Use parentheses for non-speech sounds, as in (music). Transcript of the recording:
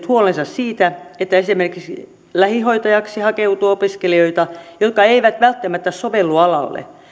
(unintelligible) huolensa siitä että esimerkiksi lähihoitajaksi hakeutuu opiskelijoita jotka eivät välttämättä sovellu alalle